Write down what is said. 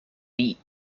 beat